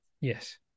Yes